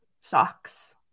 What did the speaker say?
socks